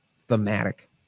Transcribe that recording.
thematic